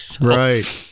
Right